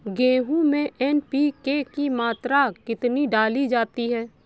गेहूँ में एन.पी.के की मात्रा कितनी डाली जाती है?